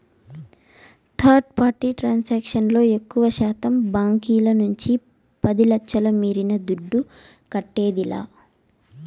third party transaction లో ఎక్కువశాతం బాంకీల నుంచి పది లచ్ఛల మీరిన దుడ్డు కట్టేదిలా